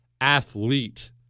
athlete